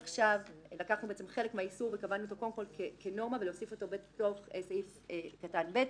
לקחנו חלק מהאיסור וקבענו אותו כנורמה ולהוסיף אותו בתוך סעיף (ב).